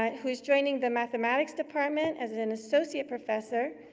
but who is joining the mathematics department as an an associate professor.